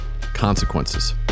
consequences